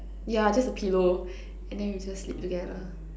yeah just a pillow and then we just sleep together